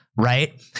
Right